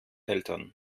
eltern